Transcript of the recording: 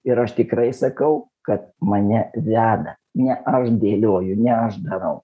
ir aš tikrai sakau kad mane veda ne aš dėlioju ne aš darau